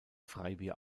freibier